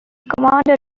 commander